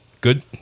Good